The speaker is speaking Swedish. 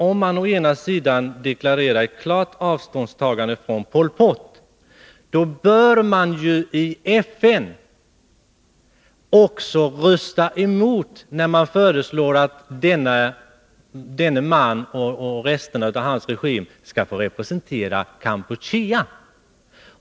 Om man deklarerar ett klart avståndstagande från Pol Pot, då anser jag fortfarande att man i FN också bör rösta emot förslag att denne man och resterna av hans regim skall få representera Kampuchea.